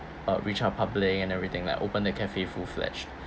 uh reach out public and everything like open the cafe full-fledged